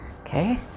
Okay